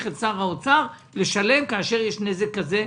את שר האוצר לשלם כאשר יש נזק כזה.